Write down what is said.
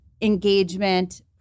engagement